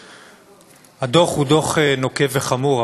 הדוח הוא דוח נוקב וחמור,